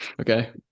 Okay